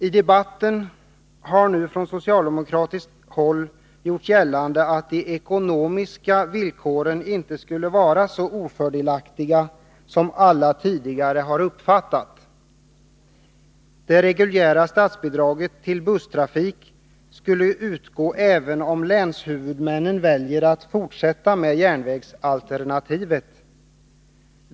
I debatten har nu från socialdemokratiskt håll gjorts gällande att de ekonomiska villkoren inte skulle vara så ofördelaktiga som alla tidigare uppfattat dem. Det reguljära statsbidraget till busstrafik skulle utgå även om länshuvudmännen väljer att fortsätta med järnvägsalternativet.